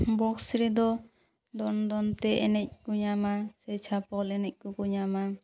box ᱨᱮᱫᱚ ᱫᱚᱱᱼᱫᱚᱱ ᱛᱮ ᱮᱱᱮᱡ ᱠᱚ ᱧᱟᱢᱟ ᱥᱮ ᱪᱷᱟᱯᱚᱞ ᱮᱱᱮᱡ ᱠᱚᱠᱚ ᱧᱟᱢᱟ